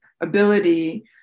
ability